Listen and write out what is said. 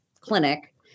clinic